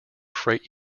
freight